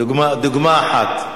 דוגמה אחת.